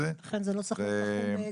לכן זה לא צריך להיות תחום בגיל,